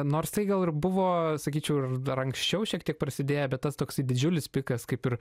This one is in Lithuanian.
nors tai gal ir buvo sakyčiau ir dar anksčiau šiek tiek prasidėję bet tas toksai didžiulis pikas kaip ir